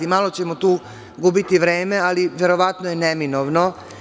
Malo ćemo tu gubiti vreme, ali verovatno je neminovno.